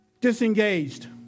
disengaged